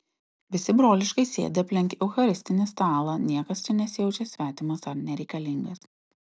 visi broliškai sėdi aplink eucharistinį stalą niekas čia nesijaučia svetimas ar nereikalingas